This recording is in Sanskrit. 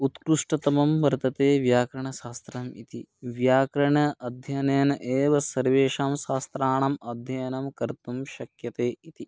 उत्कृष्टतमं वर्तते व्याकरणशास्त्रम् इति व्याकरणस्य अध्ययनेन एव सर्वेषां शास्त्राणाम् अध्ययनं कर्तुं शक्यते इति